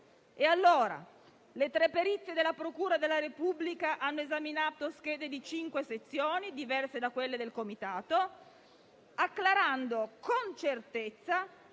Le tre perizie della procura della Repubblica hanno esaminato schede di cinque sezioni diverse da quelle del comitato, acclarando con certezza